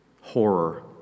horror